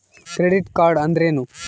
Credit card ಅಂದ್ರೇನು?